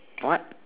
what